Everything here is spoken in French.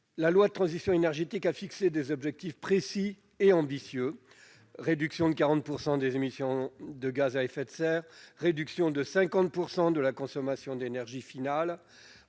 La loi de transition énergétique a fixé des objectifs précis et ambitieux : réduction de 40 % des émissions de gaz à effet de serre ; réduction de 50 % de la consommation d'énergie finale